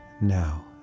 now